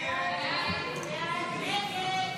הסתייגות